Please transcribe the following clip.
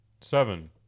Seven